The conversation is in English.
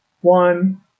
one